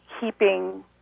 keeping